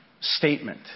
statement